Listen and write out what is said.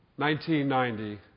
1990